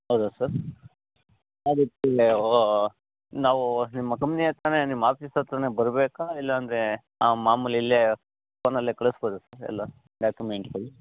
ಹೌದ ಸರ್ ಅದಕ್ಕೆ ಓ ನಾವು ನಿಮ್ಮ ಕಂಪ್ನಿ ಹತ್ರಾನೇ ನಿಮ್ಮ ಆಫೀಸ್ ಹತ್ರಾನೇ ಬರಬೇಕಾ ಇಲ್ಲ ಅಂದರೆ ಮಾಮೂಲಿ ಇಲ್ಲೇ ಫೋನಲ್ಲೇ ಕಳಿಸ್ಬೋದ ಸರ್ ಎಲ್ಲ ಡಾಕ್ಯೂಮೆಂಟ್ಗಳು